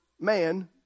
man